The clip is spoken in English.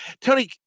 Tony